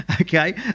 okay